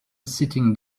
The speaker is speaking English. sitting